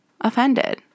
offended